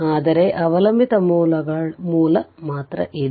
ಆದರೆ ಅವಲಂಬಿತ ಮೂಲ ಮಾತ್ರ ಇದೆ